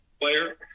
player